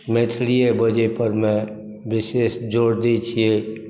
मैथिलीये बजै परमे विशेष जोर दै छियै